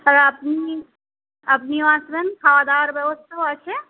তাহলে আপনি আপনিও আসবেন খাওয়া দাওয়ার ব্যবস্থাও আছে